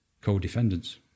co-defendants